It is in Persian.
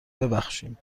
ببخشیم